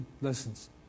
lessons